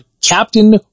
captain